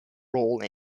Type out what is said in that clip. role